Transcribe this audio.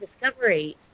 discovery